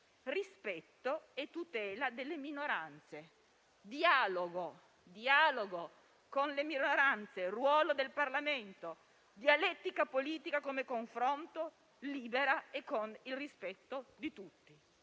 rispetto, tutela e dialogo con le minoranze, ruolo del Parlamento, dialettica politica come confronto libero e nel rispetto di tutti.